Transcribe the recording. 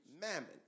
mammon